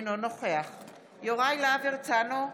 אינו נוכח יוראי להב הרצנו,